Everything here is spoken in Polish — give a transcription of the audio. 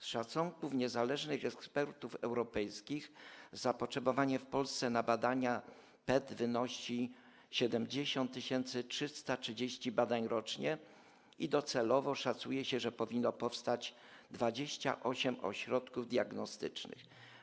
Z szacunków niezależnych ekspertów europejskich wynika, że zapotrzebowanie w Polsce na badania PET wynosi 70 330 badań rocznie i docelowo szacuje się, że powinno powstać 28 ośrodków diagnostycznych.